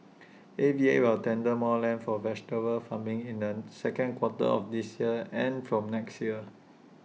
A V A will tender more land for vegetable farming in the second quarter of this year and from next year